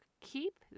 keep